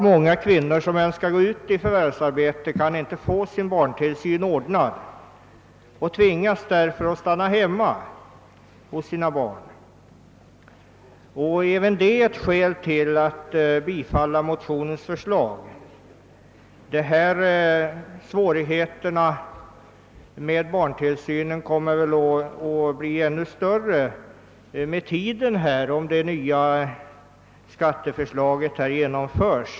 Många kvinnor, som önskar gå ut i förvärvsarbete, kan inte få barntillsynen ordnad utan tvingas att stanna hemma. Även det är ett skäl till att motionens förslag bör bifallas. Svårigheterna med barntillsyn kommer väl att med tiden bli ännu större, om det nya skatteförslaget genomföres.